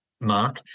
mark